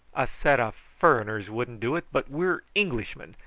a set of furriners wouldn't do it but we're englishmen,